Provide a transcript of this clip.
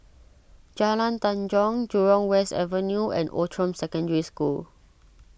Jalan Tanjong Jurong West Avenue and Outram Secondary School